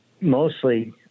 mostly